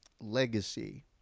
Legacy